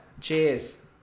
Cheers